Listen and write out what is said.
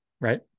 right